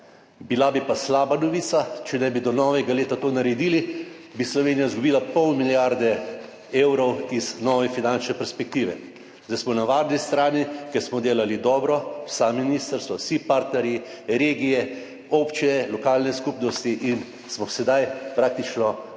Bila bi pa slaba novica, če ne bi do novega leta tega naredili, bi Slovenija izgubila pol milijarde evrov iz nove finančne perspektive. Zdaj smo na varni strani, ker smo delali dobro, vsa ministrstva, vsi partnerji, regije, občine, lokalne skupnosti, in smo sedaj praktično v